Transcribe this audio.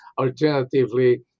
Alternatively